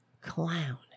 clown